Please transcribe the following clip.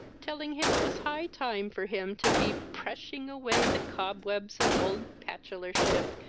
telling him it was high time for him to be prushing away the cobwebs of old patchelorship,